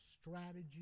strategy